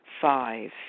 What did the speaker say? Five